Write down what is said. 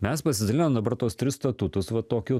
mes pasidalinom dabar tuos tris statutus va tokiu